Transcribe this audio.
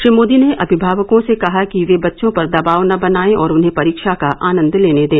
श्री मोदी ने अमिभावकों से कहा कि वे बच्चों पर दबाव न बनाएं और उन्हें परीक्षा का आनन्द लेने दें